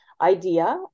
idea